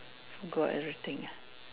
forgot everything ah